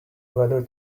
whether